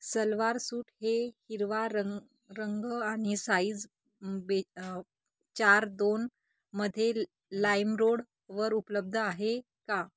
salwar suit हे हिरवा रंग रंग आणि साईज बे चार दोनमध्ये लाईमरोडवर उपलब्ध आहे का